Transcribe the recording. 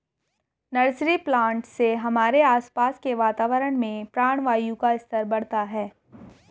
nursery plant से हमारे आसपास के वातावरण में प्राणवायु का स्तर बढ़ता है